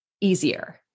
easier